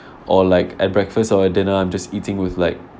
or like at breakfast or dinner I'm just eating with like